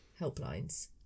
helplines